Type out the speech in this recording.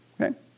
Okay